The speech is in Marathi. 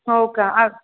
हो का आ